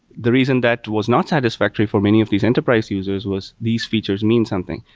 the reason that was not satisfactory for many of these enterprise users was these features mean something.